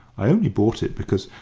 i only bought it because,